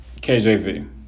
KJV